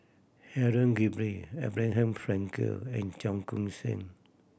Helen Gilbey Abraham Frankel and Cheong Koon Seng